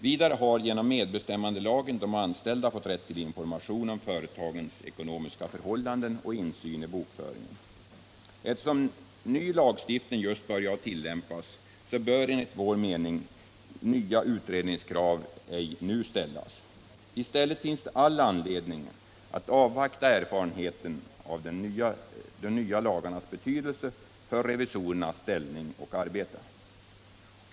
Vidare har genom medbestämmandelagen de anställda fått rätt till information om företagens ekonomiska förhållanden och till insyn i bokföringen. Eftersom ny lagstiftning just börjat tillämpas bör enligt vår mening nya utredningskrav nu ej ställas. Det finns all anledning att avvakta erfarenheter av den nya lagens betydelse för revisorernas ställning och arbete.